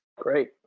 Great